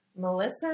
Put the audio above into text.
Melissa